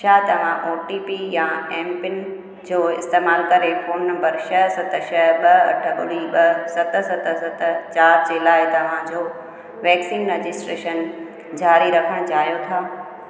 छा तव्हां O T P या एमपिन जो इस्तैमाल करे फोन नंबर छह सत छह ॿ अठ ॿुड़ी ॿ सत सत सत चारि जे लाइ तव्हांजो वैक्सीन रजिस्ट्रेशन जारी रखण चाहियो था